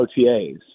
OTAs